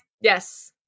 Yes